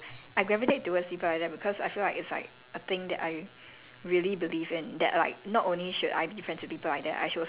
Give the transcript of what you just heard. ya that's why like I treasure friendships like that and like people who I gravitate towards people like that because I feel like it's like a thing that I